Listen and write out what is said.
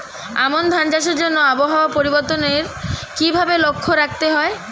আমন ধান চাষের জন্য আবহাওয়া পরিবর্তনের কিভাবে লক্ষ্য রাখতে হয়?